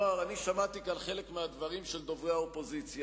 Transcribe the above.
שמעתי כאן חלק מהדברים של דוברי האופוזיציה.